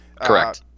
Correct